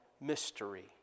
mystery